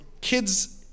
kids